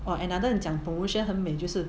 !wah! another 你讲 promotion 很美就是